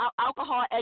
alcohol